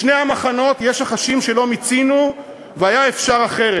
בשני המחנות יש החשים שלא מיצינו והיה אפשר אחרת.